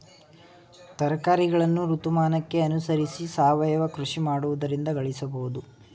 ತರಕಾರಿಗಳನ್ನು ಋತುಮಾನಕ್ಕೆ ಅನುಸರಿಸಿ ಸಾವಯವ ಕೃಷಿ ಮಾಡುವುದರಿಂದ ಗಳಿಸಬೋದು